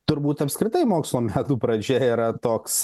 turbūt apskritai mokslo metų pradžia yra toks